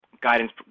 guidance